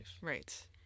Right